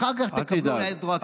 אחר כך תקבלו רטרואקטיבית.